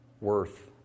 worth